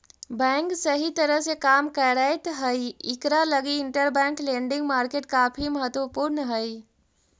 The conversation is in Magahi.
बैंक सही तरह से काम करैत हई इकरा लगी इंटरबैंक लेंडिंग मार्केट काफी महत्वपूर्ण हई